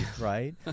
Right